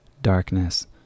Darkness